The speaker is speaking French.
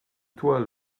toi